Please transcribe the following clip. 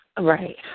Right